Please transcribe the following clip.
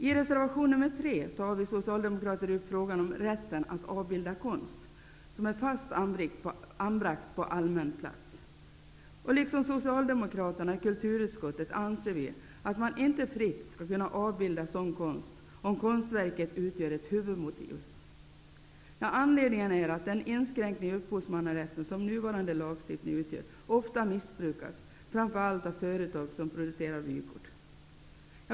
I reservation nr 3 tar vi socialdemokrater upp frågan om rätten att avbilda konst som är fast anbragd på allmän plats. Liksom socialdemokraterna i kulturutskottet anser vi att man inte fritt skall kunna avbilda sådan konst om konstverket utgör ett huvudmotiv. Anledningen är att den inskränkning i upphovsmannarätten som nuvarande lagstiftning utgör ofta missbrukas, framför allt av företag som producerar vykort.